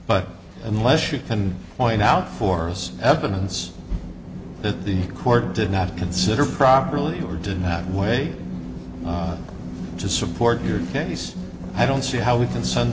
but unless you can point out for us evidence that the court did not consider properly or did that way to support your case i don't see how we can send